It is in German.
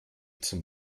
zum